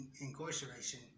incarceration